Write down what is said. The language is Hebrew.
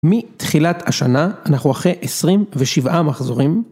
מתחילת השנה אנחנו אחרי 27 מחזורים.